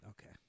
Okay